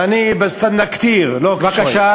ואני בסטנה כתיר, לא רק שוואיה, בבקשה.